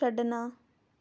ਛੱਡਣਾ